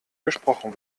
gesprochen